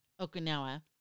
okinawa